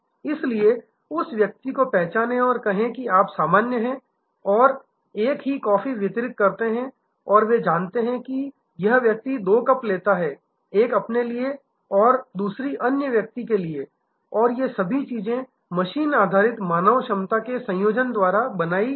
इसलिए उस व्यक्ति को पहचानें और कहें कि आप सामान्य हैं और एक ही कॉफी वितरित करते हैं और वे जानते हैं कि यह व्यक्ति दो कप लेता है एक अपने लिए और दूसरी अन्य व्यक्ति के लिए और ये सभी चीजें मशीन आधारित मानव क्षमता के संयोजन द्वारा बनाई जाती हैं